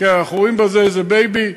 שאנחנו רואים בזה איזה בייבי.